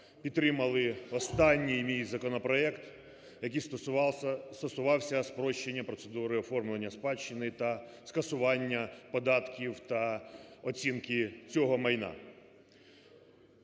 підтримали останній мій законопроект, який стосувався спрощення процедури оформлення спадщини та скасування податків та оцінки цього майна.